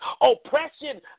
oppression